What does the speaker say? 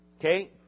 Okay